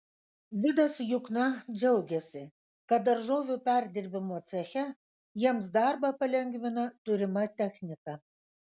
vidas jukna džiaugiasi kad daržovių perdirbimo ceche jiems darbą palengvina turima technika